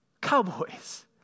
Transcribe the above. cowboys